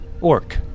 orc